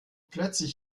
plötzlich